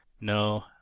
No